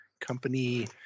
company